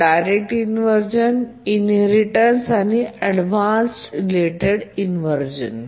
direct inversion inheritance आणि avoidance related inversion